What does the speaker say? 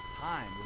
time